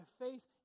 faith